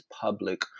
public